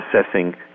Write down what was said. assessing